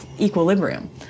equilibrium